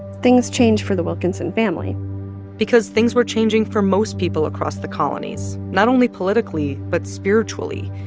things change for the wilkinson family because things were changing for most people across the colonies, not only politically but spiritually.